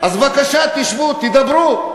אז בבקשה, תשבו, תדברו.